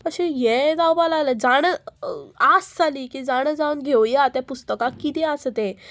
अशें हें जावपा लागलें जाणां आस जाली की जाणां जावन घेवया तें पुस्तकां कितें आसा तें